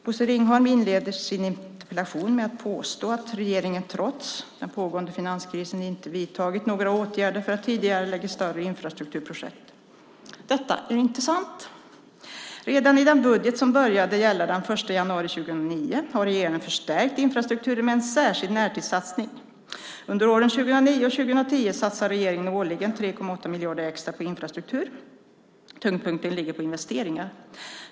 Bosse Ringholm inleder sin interpellation med att påstå att regeringen trots den pågående finanskrisen inte vidtagit några åtgärder för att tidigarelägga större infrastrukturprojekt. Detta är inte sant. Redan i den budget som började gälla den 1 januari 2009 har regeringen förstärkt infrastrukturen med en särskild närtidssatsning. Under åren 2009 och 2010 satsar regeringen årligen 3,8 miljarder extra på infrastruktur; tyngdpunkten ligger på investeringar.